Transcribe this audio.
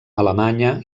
alemanya